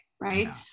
right